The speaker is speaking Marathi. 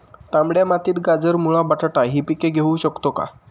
तांबड्या मातीत गाजर, मुळा, बटाटा हि पिके घेऊ शकतो का?